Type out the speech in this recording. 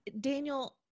Daniel